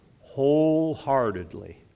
wholeheartedly